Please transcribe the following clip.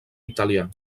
italià